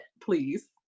please